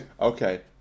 okay